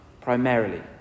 primarily